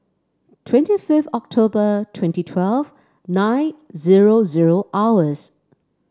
twenty fifth October twenty twelve nine zero zero hours